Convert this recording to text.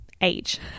age